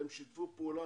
הם שיתפו פעולה,